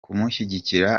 kumushyigikira